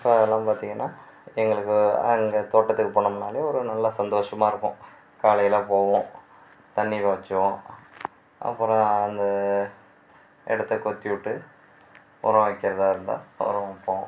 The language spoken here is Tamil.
இப்போ அதெலாம் பார்த்திங்கனா எங்களுக்கு அந்த தோட்டத்துக்கு போனோம்னாலே ஒரு நல்ல சந்தோஷமாயிருக்கும் காலையில் போவோம் தண்ணி பாய்ச்சுவோம் அப்புறம் அந்த இடத்த கொத்திவிட்டு உரம் வைக்கிறதாருந்தா உரம் வைப்போம்